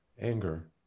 anger